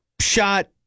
shot